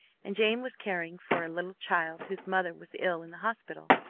and jane was caring for a little child whose mother was ill in the hospital.